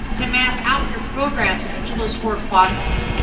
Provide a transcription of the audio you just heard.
to map out your programs in each of those four quadrants.